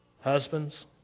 Husbands